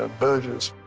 ah burgess,